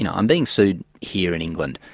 you know i'm being sued here in england.